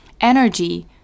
energy